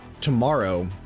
tomorrow